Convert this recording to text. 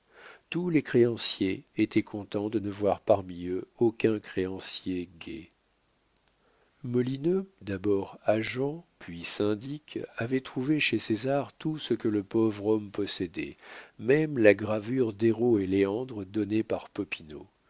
tous les créanciers étaient contents de ne voir parmi eux aucun créancier gai molineux d'abord agent puis syndic avait trouvé chez césar tout ce que le pauvre homme possédait même la gravure d'héro et léandre donnée par